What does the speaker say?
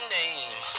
name